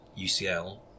UCL